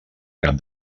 cap